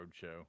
Roadshow